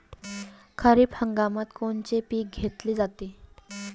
खरिप हंगामात कोनचे पिकं घेतले जाते?